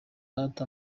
rata